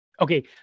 Okay